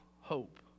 hope